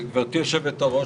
גברתי יושבת הראש,